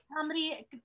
Comedy